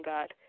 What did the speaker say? God